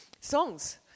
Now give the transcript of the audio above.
songs